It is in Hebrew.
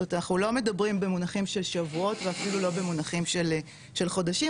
זאת אנחנו לא מדברים במונחים של שבועות ואפילו לא במונחים של חודשים,